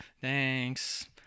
thanks